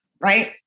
right